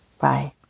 Bye